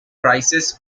prices